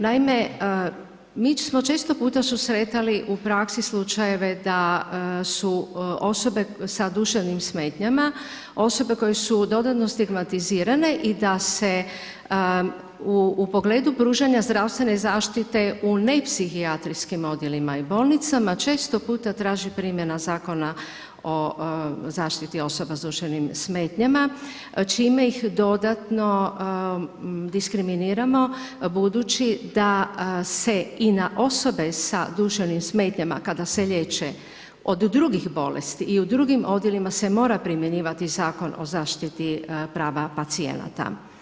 Naime, mi smo često puta susretali u praksi slučajeve da su osobe sa duševnim smetnjama osobe koje su dodano stigmatizirane i da se u pogledu pružanja zdravstvene zaštite u ne psihijatrijskim odjelima i bolnicama često puta traži primjena Zakona o zaštiti osoba s duševnim smetnjama čime ih dodatno diskriminiramo budući da se i na osobe s duševnim smetnjama kada se liječe od drugih bolesti i u drugim odjelima se mora primjenjivati Zakon o zaštiti prava pacijenata.